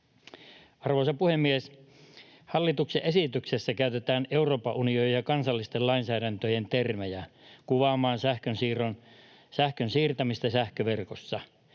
Arvoisa puhemies! Hallituksen esityksessä käytetään Euroopan unionin ja kansallisen lainsäädännön termejä kuvaamaan sähkön siirtämistä sähköverkossa.